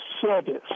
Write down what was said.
service